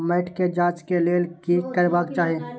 मैट के जांच के लेल कि करबाक चाही?